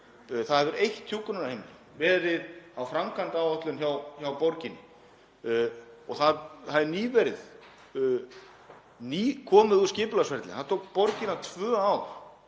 þá hefur eitt hjúkrunarheimili verið á framkvæmdaáætlun hjá borginni og það er nýkomið úr skipulagsferli. Það tók borgina tvö ár